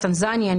טנזניה,